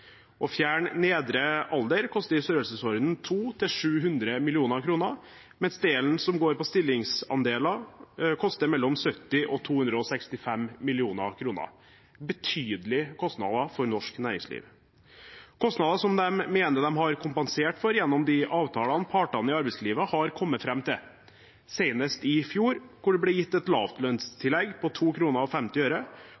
Å fjerne nedre alder koster i størrelsesordenen 200–700 mill. kr, mens delen som handler om stillingsandeler, koster mellom 70 mill. kr og 265 mill. kr. Det er betydelige kostnader for norsk næringsliv, kostnader de mener de har kompensert for gjennom de avtalene partene i arbeidslivet har kommet fram til, senest i fjor da det ble gitt et